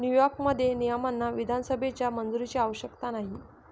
न्यूयॉर्कमध्ये, नियमांना विधानसभेच्या मंजुरीची आवश्यकता नाही